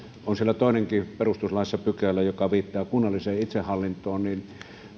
on siellä perustuslaissa toinenkin pykälä joka viittaa kunnalliseen itsehallintoon nyt